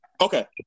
Okay